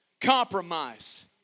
compromise